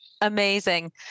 Amazing